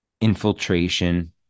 infiltration